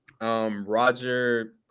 Roger